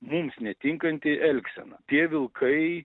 mums netinkanti elgsena tie vilkai